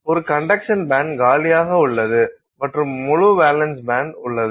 ஒரு conduction band காலியாக உள்ளது மற்றும் முழு வேலன்ஸ் பேண்ட் உள்ளது